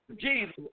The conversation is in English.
Jesus